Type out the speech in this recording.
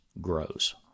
grows